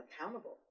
accountable